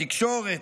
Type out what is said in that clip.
התקשורת,